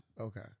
Okay